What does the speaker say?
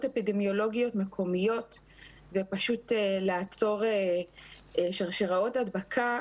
אפידמיולוגיות מקומיות ופשוט לעצור שרשראות הדבקה.